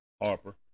Harper